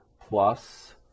plus